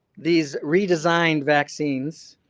these redesigned vaccines,